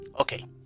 Okay